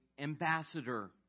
ambassador